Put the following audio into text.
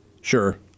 sure